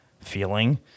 feeling